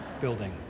building